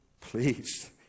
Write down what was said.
Please